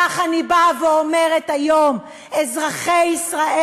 ככה אני באה ואומרת היום: אזרחי ישראל,